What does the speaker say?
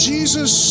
Jesus